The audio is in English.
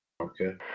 Okay